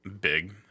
Big